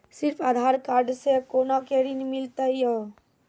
सिर्फ आधार कार्ड से कोना के ऋण मिलते यो?